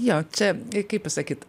jo čia kaip pasakyt